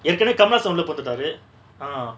ஏர்கனவே:yerkanave kamalhasan உள்ள பூந்துடாறு:ulla poonthutaaru ah